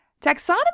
taxonomy